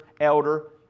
elder